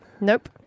Nope